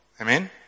Amen